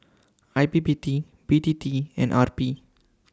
I P P T B T T and R P